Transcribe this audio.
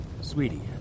sweetie